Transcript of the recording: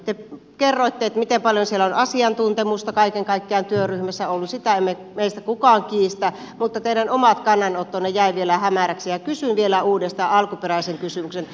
te kerroitte miten paljon on asiantuntemusta kaiken kaikkiaan työryhmässä sitä ei meistä kukaan kiistä mutta teidän omat kannanottonne jäivät vielä hämäriksi ja kysyn vielä uudestaan alkuperäisen kysymyksen